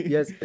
Yes